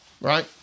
right